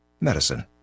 Medicine